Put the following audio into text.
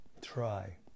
try